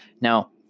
Now